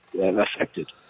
affected